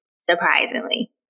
surprisingly